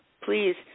please